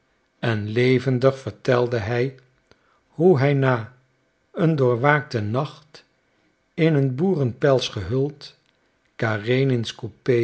en levendig vertelde hij hoe hij na een doorwaakten nacht in een boerenpels gehuld karenins coupé